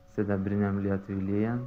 sidabriniam lietui lyjant